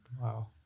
wow